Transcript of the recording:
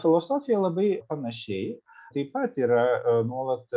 filosofija labai panašiai taip pat yra nuolat